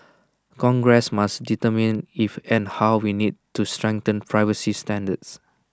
congress must determine if and how we need to strengthen privacy standards